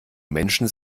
menschen